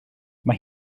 mae